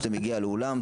כשאתה מגיע לאולם,